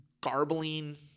garbling